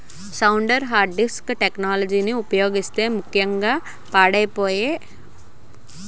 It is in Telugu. స్టాండర్డ్ హార్వెస్ట్ టెక్నాలజీని ఉపయోగించే ముక్యంగా పాడైపోయే కట్ ఫ్లవర్ పంట ఏది?